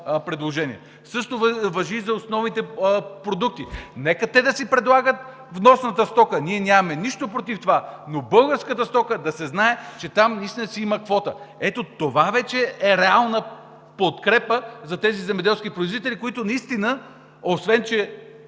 Същото важи и за основните продукти. Нека те да си предлагат вносната стока, нямаме нищо против това, но да се знае, че българската стока там наистина си има квота. Ето това вече е реална подкрепа за тези земеделски производители, на които наистина, освен че